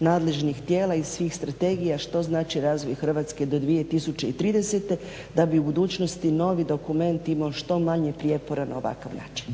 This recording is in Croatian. nadležnih tijela iz svih strategija što znači razvoj Hrvatske do 2030. da bi u budućnosti novi dokument imao što manje prijepora na ovakav način.